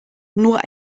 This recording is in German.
nur